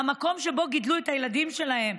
מהמקום שבו גידלו את הילדים שלהם.